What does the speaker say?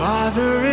Father